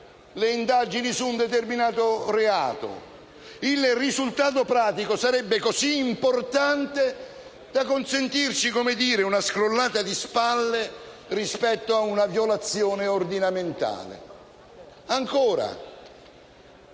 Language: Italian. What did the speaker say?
le indagini su un determinato reato. Il risultato pratico sarebbe così importante da consentirci una scrollata di spalle rispetto ad una violazione ordinamentale, e ancora.